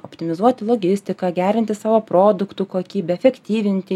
optimizuoti logistiką gerinti savo produktų kokybę efektyvinti